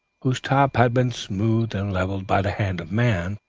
whose top had been smoothed and levelled by the hand of man,